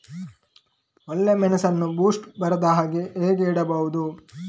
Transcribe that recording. ಒಳ್ಳೆಮೆಣಸನ್ನು ಬೂಸ್ಟ್ ಬರ್ದಹಾಗೆ ಹೇಗೆ ಇಡಬಹುದು?